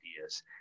ideas